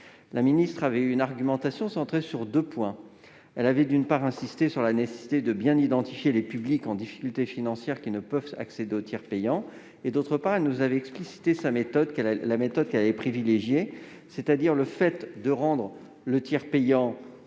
La ministre avait développé une argumentation centrée sur deux points. D'une part, elle avait insisté sur la nécessité de bien identifier les publics en difficulté financière, qui ne peuvent accéder au tiers payant. D'autre part, elle avait explicité la méthode qu'elle allait privilégier : rendre le tiers payant simple